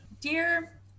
Dear